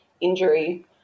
injury